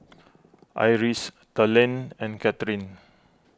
Iris Talen and Kathryne